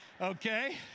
Okay